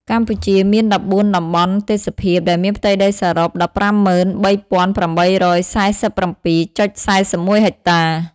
កម្ពុជាមាន ១៤ តំបន់ទេសភាព ដែលមានផ្ទៃដីសរុប ១៥៣,៨៤៧.៤១ ហិកតា។